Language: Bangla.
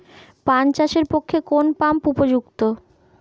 পান চাষের পক্ষে কোন পাম্প উপযুক্ত?